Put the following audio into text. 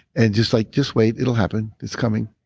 and just like, just wait, it'll happen. it's coming.